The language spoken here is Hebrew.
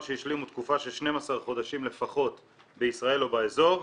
שהשלימו תקופה של 12 חודשים לפחות בישראל או באזור',